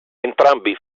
entrambi